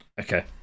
Okay